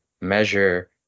measure